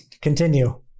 Continue